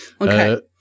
Okay